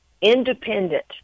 independent